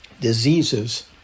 diseases